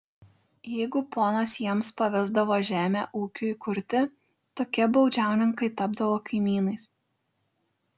jeigu ponas jiems pavesdavo žemę ūkiui įkurti tokie baudžiauninkai tapdavo kaimynais